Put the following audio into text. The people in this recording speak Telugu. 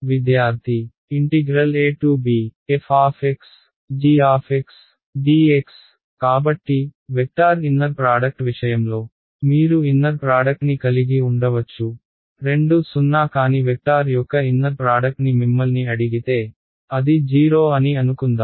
abfgdx కాబట్టి వెక్టార్ ఇన్నర్ ప్రాడక్ట్ విషయంలో మీరు ఇన్నర్ ప్రాడక్ట్ని కలిగి ఉండవచ్చు రెండు సున్నా కాని వెక్టార్ యొక్క ఇన్నర్ ప్రాడక్ట్ని మిమ్మల్ని అడిగితే అది 0 అని అనుకుందాం